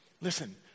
Listen